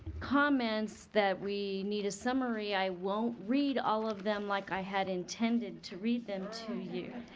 comments that we need a summary i won't read all of them like i had intended to read them to you.